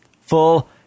full